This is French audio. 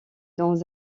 dans